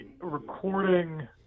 recording